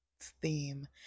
theme